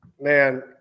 man